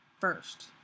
first